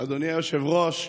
אדוני היושב-ראש,